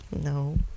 No